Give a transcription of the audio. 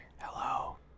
Hello